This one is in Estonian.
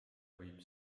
võib